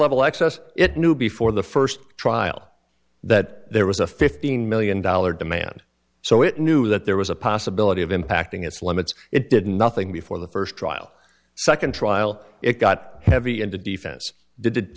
level access it knew before the first trial that there was a fifteen million dollar demand so it knew that there was a possibility of impacting its limits it did nothing before the first trial second trial it got heavy into defense did